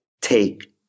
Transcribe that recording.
Take